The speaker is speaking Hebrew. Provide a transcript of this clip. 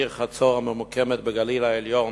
העיר חצור הממוקמת בגליל העליון,